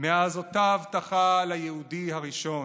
מאז אותה הבטחה ליהודי הראשון: